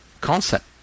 concept